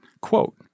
quote